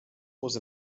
was